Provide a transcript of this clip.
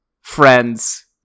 friends